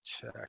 check